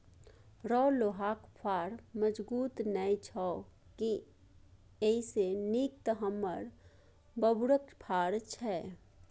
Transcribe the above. रौ लोहाक फार मजगुत नै छौ की एइसे नीक तँ हमर बबुरक फार छै